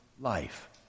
life